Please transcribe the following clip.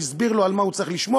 הסביר לו על מה הוא צריך לשמור,